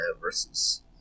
versus